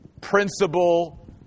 principle